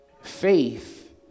faith